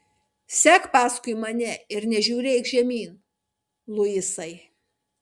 sek paskui mane ir nežiūrėk žemyn luisai